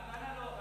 רעננה לא.